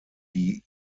die